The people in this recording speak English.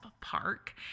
Park